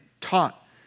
taught